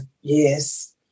Yes